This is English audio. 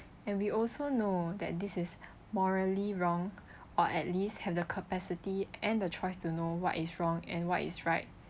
and we also know that this is morally wrong or at least have the capacity and the choice to know what is wrong and what is right